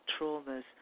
traumas